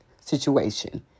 situation